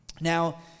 Now